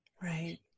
Right